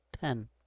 Ten